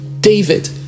David